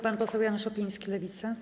Pan poseł Jan Szopiński, Lewica.